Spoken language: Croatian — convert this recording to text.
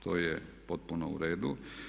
To je potpuno u redu.